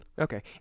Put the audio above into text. Okay